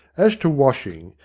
as to washing,